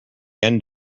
end